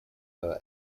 her